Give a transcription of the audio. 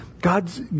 God's